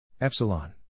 epsilon